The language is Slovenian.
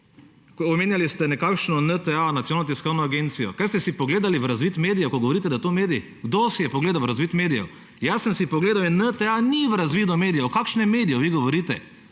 omenjali ste nekakšno NTA – Nacionalno tiskovno agencijo. Ali ste si pogledali v razvid medijev, ko govorite, da je to medij? Kdo si je pogledal v razvid medijev? Jaz sem si pogledal in NTA ni v razvidu medijev. O kakšnem mediju vi govorite?!